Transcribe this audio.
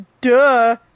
duh